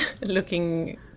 looking